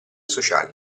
sociali